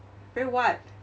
then what